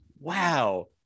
Wow